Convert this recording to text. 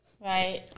right